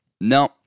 No